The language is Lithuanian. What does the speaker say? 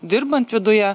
dirbant viduje